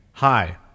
Hi